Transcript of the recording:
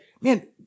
man